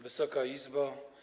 Wysoka Izbo!